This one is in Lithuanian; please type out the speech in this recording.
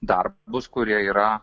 darbus kurie yra